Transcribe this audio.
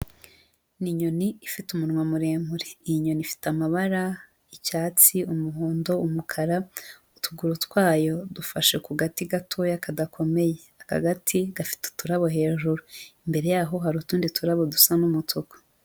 Ni inyoni ifite umunwa muremure, iyi nyoni ifite amabara icyatsi, umuhondo, umukara, utuguru twayo dufashe ku gati gatoya kadakomeye, aka gati gafite uturabo, hejuru imbere yaho hari utundi turabo dusa n'umutuku.